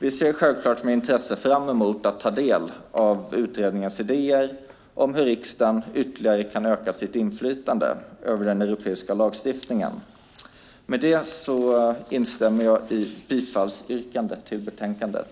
Vi ser självklart med intresse fram emot att ta del av utredningens idéer om hur riksdagen ytterligare kan öka sitt inflytande över den europeiska lagstiftningen. Med detta instämmer jag i bifallsyrkandet till förslaget i utlåtandet.